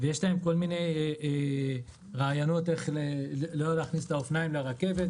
ויש להם כל מיני רעיונות איך לא להכניס את האופניים לרכבת,